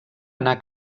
anà